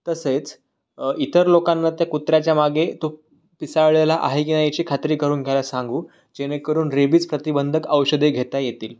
तसेच इतर लोकांना ते कुत्र्याच्या मागे तो पिसाळलेला आहे की नाही याची खात्री करून घ्यायला सांगू जेणेकरून रेबिज प्रतिबंधक औषधे घेता येतील